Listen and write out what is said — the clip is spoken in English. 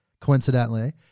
coincidentally